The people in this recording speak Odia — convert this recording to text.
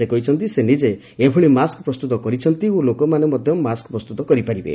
ସେ କହିଛନ୍ତି ସେ ନିଜେ ଏଭଳି ମାସ୍କ୍ ପ୍ରସ୍ତୁତ କରିଛନ୍ତି ଓ ଲୋକମାନେ ମଧ୍ୟ ମାସ୍କ୍ ପ୍ରସ୍ତୁତ କରିପାରିବେ